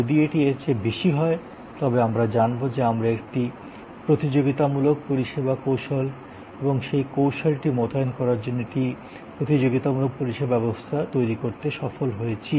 যদি এটি এরকম হয় তবে আমরা জানবো যে আমরা একটি প্রতিযোগিতামূলক পরিষেবা কৌশল এবং সেই কৌশলটি মোতায়েন করার জন্য একটি প্রতিযোগিতামূলক পরিষেবা ব্যবসা তৈরি করতে সফল হয়েছি